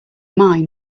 mine